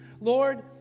Lord